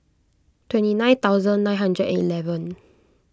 twenty nine thousand nine hundred and eleven